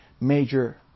major